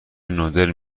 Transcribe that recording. نودل